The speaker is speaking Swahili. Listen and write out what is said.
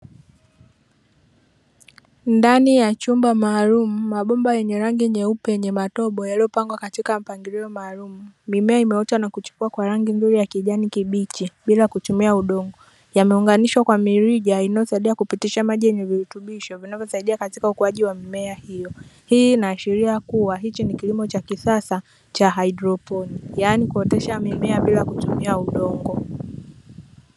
Ndani ya chumba maalumu mabomba yenye rangi nyeupe yenye matobo, yaliyopangwa katika mpangilio maalumu, mimea imeota na kuchipua kwa rangi nzuri ya kijani kibichi, bila kutumia udongo, yameunganishwa kwa mirija, inayosaidia kupitisha maji yenye virutubisho, vinavyosaidia katika ukuaji wa mimea hiyo. Hii inaashiria kuwa hichi, ni kilimo cha kisasa cha haidroponi, yaani kuotesha mimea bila kutumia udongo.